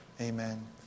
Amen